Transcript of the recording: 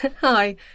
hi